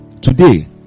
Today